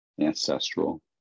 ancestral